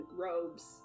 robes